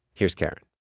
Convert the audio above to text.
here's karen